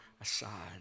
aside